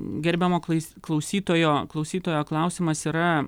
gerbiamo klais klausytojo klausytojo klausimas yra